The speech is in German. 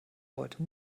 wollte